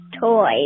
toys